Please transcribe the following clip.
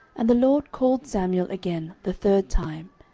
and the lord called samuel again the third time.